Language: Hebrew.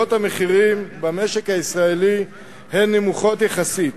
המחירים במשק הישראלי הן נמוכות יחסית.